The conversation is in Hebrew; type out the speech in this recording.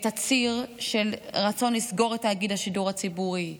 את הציר של רצון לסגור את תאגיד השידור הציבורי,